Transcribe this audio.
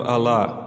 Allah